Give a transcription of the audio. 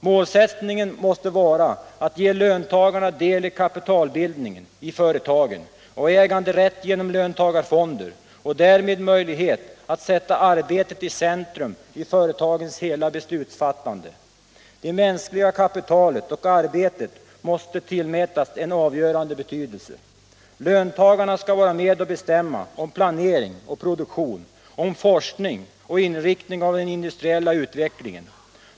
Målsättningen måste vara att ge löntagarna del i kapitalbildningen i företagen och äganderätten genom löntagarfonder och därmed möjlighet att sätta arbetet i centrum i företagens hela beslutsfattande. Det mänskliga kapitalet och arbetet måste tillmätas en avgörande betydelse. Löntagarna skall vara med och bestämma om planering och produktion, om forskning och om inriktning av den industriella utvecklingen.